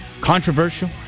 controversial